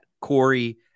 Corey